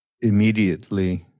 immediately